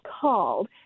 called